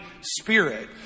spirit